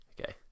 okay